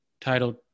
titled